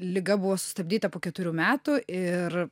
liga buvo sustabdyta po keturių metų ir